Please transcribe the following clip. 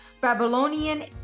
Babylonian